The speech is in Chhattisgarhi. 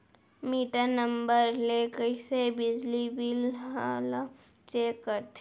मीटर नंबर ले कइसे बिजली बिल ल चेक करथे?